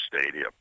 stadium